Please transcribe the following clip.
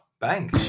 bang